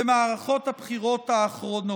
במערכות הבחירות האחרונות.